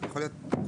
יכול להיות?